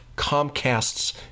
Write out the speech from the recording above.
comcast's